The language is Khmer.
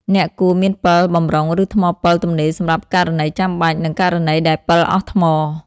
អ្នកគួរមានពិលបម្រុង ឬថ្មពិលទំនេរសម្រាប់ករណីចាំបាច់ និងករណីដែលពិលអស់ថ្ម។